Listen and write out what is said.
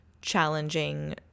Challenging